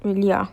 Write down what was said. really ah